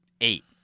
eight